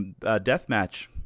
Deathmatch